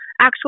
actual